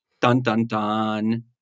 dun-dun-dun